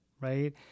right